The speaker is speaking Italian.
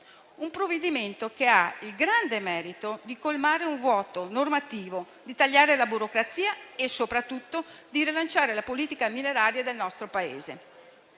Il provvedimento ha il grande merito di colmare un vuoto normativo, tagliare la burocrazia e soprattutto rilanciare la politica mineraria del nostro Paese.